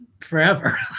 forever